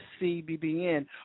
cbbn